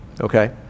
Okay